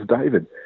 David